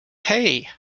hay